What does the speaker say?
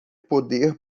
poder